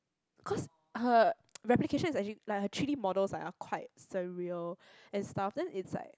cause her replications is actually like her three D models like are quite surreal and stuff then it's like